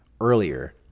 earlier